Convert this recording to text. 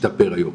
השתפר היום,